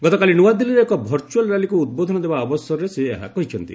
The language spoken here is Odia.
ଗତକାଲି ନୂଆଦିଲ୍ଲୀରେ ଏକ ଭର୍ଚୁଆଲ୍ ର୍ୟାଲିକୁ ଉଦ୍ବୋଧନ ଦେବା ଅବସରରେ ସେ ଏହା କହିଛନ୍ତି